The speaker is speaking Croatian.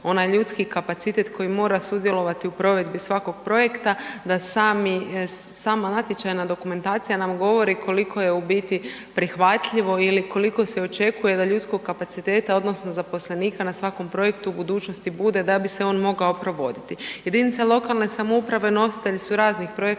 onaj ljudski kapacitet koji mora sudjelovati u provedbi svakog projekta, da sami, sama natječajna dokumentacija nam govori koliko je u biti prihvatljivo ili koliko se očekuje da ljudskog kapaciteta odnosno zaposlenika na svakom projektu u budućnosti bude da bi se on mogao provoditi. Jedinica lokalne samouprave nositelji su raznih projekata